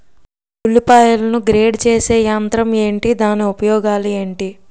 ఉల్లిపాయలను గ్రేడ్ చేసే యంత్రం ఏంటి? దాని ఉపయోగాలు ఏంటి?